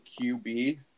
QB